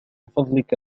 فضلك